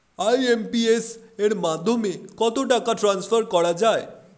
IMPS এর মাধ্যমে কত টাকা ট্রান্সফার করা যায়?